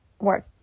work